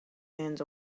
hands